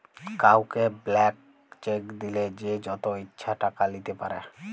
কাউকে blank cheque দিলে সে যত ইচ্ছা টাকা লিতে পারে